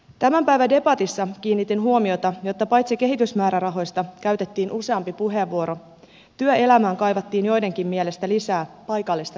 tämän päivän debatissa kiinnitin huomiota että paitsi kehitysmäärärahoista käytettiin useampi puheenvuoro myös siitä että työelämään kaivattiin joidenkin mielestä lisää paikallista sopimista